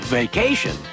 vacation